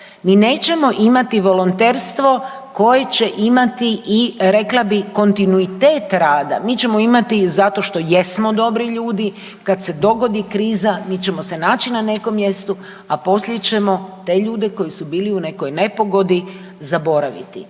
mi nećemo imati volonterstvo koje će imati i, rekla bih, kontinuitet rada. Mi ćemo imati zato što jesmo dobri ljudi, kad se dogodi kriza, mi ćemo se naći na nekom mjestu, a poslije ćemo te ljude koji su bili u nekoj nepogodi zaboraviti.